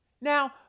Now